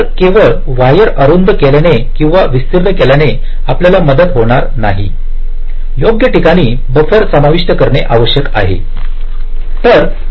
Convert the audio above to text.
तर केवळ वायर अरुंद केल्याने किंवा विस्तीर्ण केल्याने आपल्याला मदत होणार नाही योग्य ठिकाणी बफर समाविष्ट करणे आवश्यक आहे